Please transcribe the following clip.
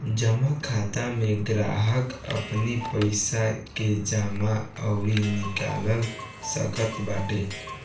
जमा खाता में ग्राहक अपनी पईसा के जमा अउरी निकाल सकत बाटे